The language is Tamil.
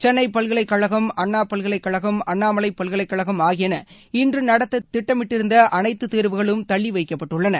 சென்ளை பல்கலைக்கழகம் அண்ணா பல்கலைக்கழகம் அண்ணாமலை பல்கலைக்கழகம் ஆகியன இன்று நடத்த திட்டமிட்டிருந்த அனைத்து தேர்வுகளும் தள்ளிவைக்கப்பட்டுள்ளன